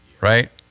right